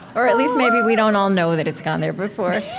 or, at least, maybe we don't all know that it's gone there before.